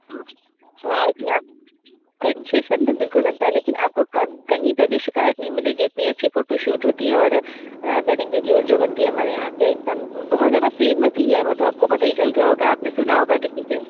जी हाँ या कंसेशन तो बिल्कुल बनता है लेकिन आपको क कही पर भी शिकायत नहीं मिलेगी इतनी अच्छी फोटोशूट होती है और वेडिंग वीडियोस जो बनती है हमारे यहाँ पर एकदम बहुत ज़्यादा फेमस ही है वो तो आपको पता ही चलता होगा आपने सुना होगा किसी से